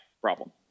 problem